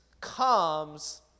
comes